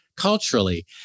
culturally